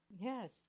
Yes